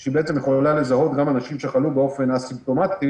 שהיא יכולה לזהות גם אנשים שחלו באופן א-סימפטומטי